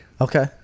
Okay